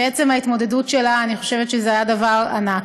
שעצם ההתמודדות שלה, אני חושבת שזה היה דבר ענק.